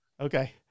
Okay